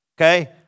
okay